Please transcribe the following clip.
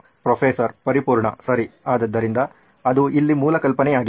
professor ಪರಿಪೂರ್ಣ ಸರಿ ಆದ್ದರಿಂದ ಅದು ಇಲ್ಲಿ ಮೂಲ ಕಲ್ಪನೆಯಾಗಿದೆ